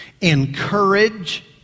encourage